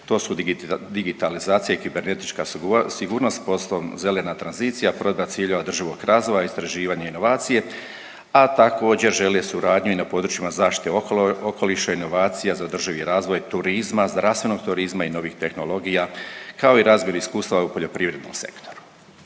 to su digitalizacija i kibernetička sigurnost, postom zelena tranzicija, provedba ciljeva održivog razvoja, istraživanje i inovacije. A također žele suradnju i na područjima zaštite okoliša, inovacija za održivi razvoj turizma, zdravstvenog turizma i novih tehnologija kao i razmjernu iskustava u poljoprivrednom sektoru.